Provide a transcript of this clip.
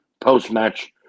Post-match